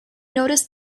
noticed